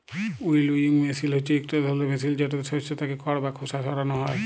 উইলউইং মেসিল হছে ইকট ধরলের মেসিল যেটতে শস্য থ্যাকে খড় বা খোসা সরানো হ্যয়